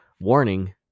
warning